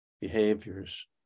behaviors